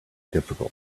difficult